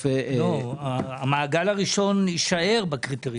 המעגל הראשון יישאר בקריטריונים.